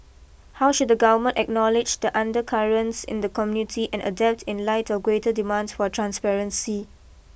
how should the government acknowledge the undercurrents in the community and adapt in light of greater demands for transparency